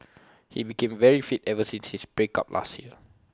he became very fit ever since his break up last year